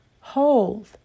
hold